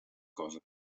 coses